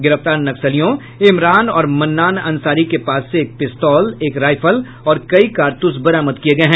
गिरफ्तार नक्सलियों इमरान और मन्नान अंसारी के पास से एक पिस्तौल एक रायफल और कई कारतूस बरामद किये गये हैं